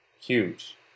huge